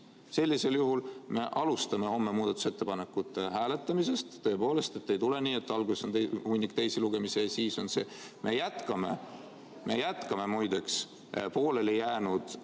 Sellisel juhul me alustame homme muudatusettepanekute hääletamisest. Tõepoolest, ei ole nii, et alguses on hunnik teisi lugemisi ja alles siis on see. Me jätkame muideks pooleli jäänud